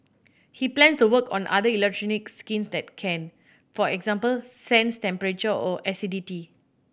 he plans to work on other electronic skins that can for example sense temperature or acidity